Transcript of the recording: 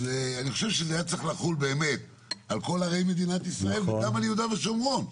אני חושב שזה צריך לחול על כל ערי מדינת ישראל וגם על יהודה ושומרון.